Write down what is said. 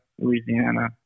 Louisiana